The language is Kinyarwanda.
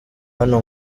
hano